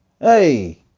Hey